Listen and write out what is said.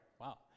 wow